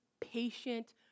patient